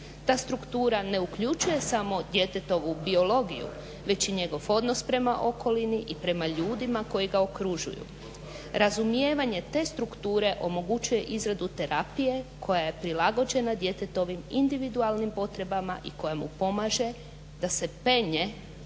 Ta struktura ne uključuje samo djetetovu biologiju već i njegov odnos prema okolini i prema ljudima koji ga okružuju. Razumijevanje te strukture omogućuje izradu terapije koja je prilagođena djetetovim individualnim potrebama i koja mu pomaže da se penje